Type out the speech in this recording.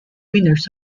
winners